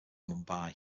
mumbai